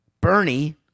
Bernie